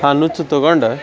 ಆ ನುಚ್ಚು ತೊಗೊಂಡ